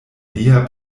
lia